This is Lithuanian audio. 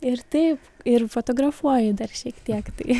ir taip ir fotografuoju dar šiek tiek tai